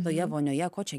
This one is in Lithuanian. toje vonioje ko čia